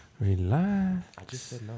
Relax